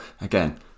again